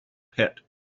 pit